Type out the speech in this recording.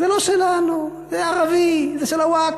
זה לא שלנו, זה ערבי, זה של הווקף.